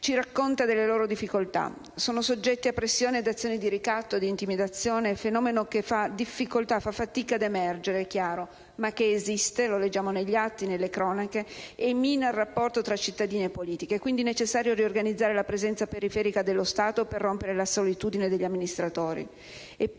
ci racconta delle loro difficoltà: sono soggetti a pressioni ed azioni di ricatto ed intimidazione, fenomeno che fa fatica ad emergere chiaramente ma che esiste, lo leggiamo negli atti e nelle cronache e mina il rapporto tra cittadini e politica. È quindi necessario riorganizzare la presenza periferica dello Stato per rompere la solitudine degli amministratori.